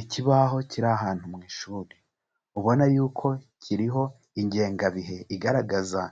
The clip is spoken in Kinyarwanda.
Ikibaho kiri ahantu mu ishuri, ubona y'uko kiriho ingengabihe igaragaza